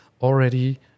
already